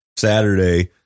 saturday